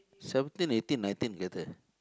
seventeen eighteen nineteen